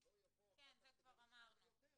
שלא יבואו אחר כך כדי לשמור על זה